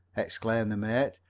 exclaimed the mate.